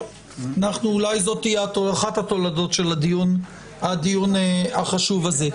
אולי זו תהיה אחת התולדות של הדיון החשוב הזה.